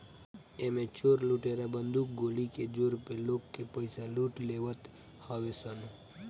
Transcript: एमे चोर लुटेरा बंदूक गोली के जोर पे लोग के पईसा लूट लेवत हवे सन